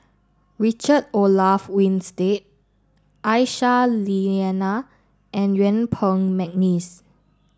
Richard Olaf Winstedt Aisyah Lyana and Yuen Peng McNeice